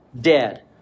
dead